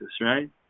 right